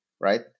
Right